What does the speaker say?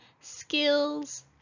skills